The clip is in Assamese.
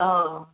অ'